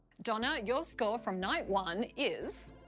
donna, your score from night one is.